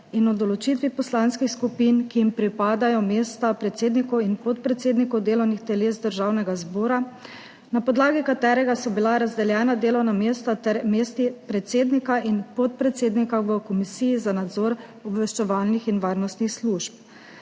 in o določitvi poslanskih skupin, ki jim pripadajo mesta predsednikov in podpredsednikov delovnih teles Državnega zbora, na podlagi katerega so bila razdeljena delovna mesta ter mesti predsednika in podpredsednika v Komisiji za nadzor obveščevalnih in varnostnih služb.